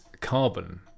carbon